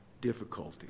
difficulty